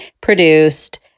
produced